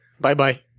Bye-bye